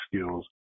skills